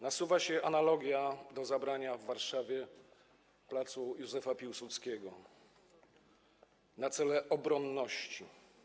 Nasuwa się tu analogia do zabrania w Warszawie placu Józefa Piłsudskiego na cele obronności.